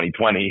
2020